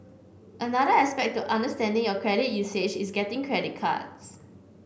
another aspect to understanding your credit usage is getting credit cards